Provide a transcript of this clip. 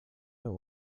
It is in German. der